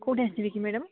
କେଉଁଠି ଆସିବି କି ମ୍ୟାଡ଼ମ୍